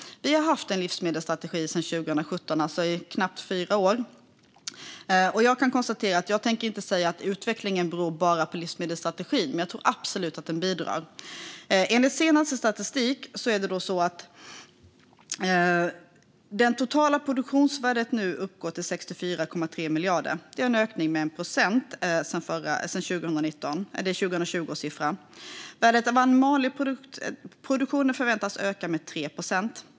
Vi har haft en livsmedelsstrategi sedan 2017, i knappt fyra år. Jag tänker inte säga att utvecklingen beror bara på livsmedelsstrategin. Men jag tror absolut att den bidrar. Enligt senaste statistiken uppgår nu det totala produktionsvärdet till 64,3 miljarder. Det är en ökning med 1 procent sedan 2020. Värdet för animalieproduktionen väntas öka med 3 procent.